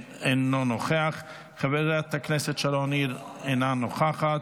אינו נוכח, חברת הכנסת שרון ניר, אינה נוכחת,